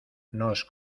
nos